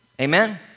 Amen